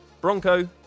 Bronco